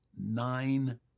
nine